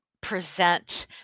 present